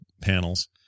panels